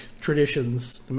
traditions